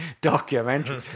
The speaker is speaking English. Documentary